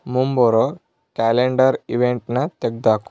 ಮುಂಬರೋ calendar ಈವೆಂಟನ್ನು ತೆಗ್ದಾಕು